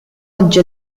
oggi